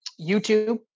YouTube